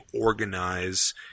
organize